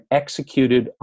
executed